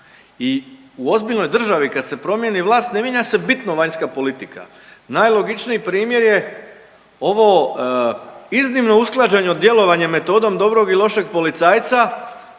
i u ozbiljnoj državi, kad se promijeni vlast, ne m mijenja se bitno vanjska politika. Najlogičniji primjer je ovo iznimno usklađeno djelovanje metodom dobrog i lošeg policajca